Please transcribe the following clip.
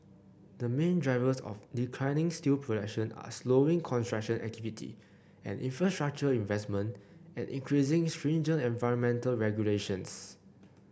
the main drivers of declining steel production are slowing construction activity and infrastructure investment and increasing stringent environmental regulations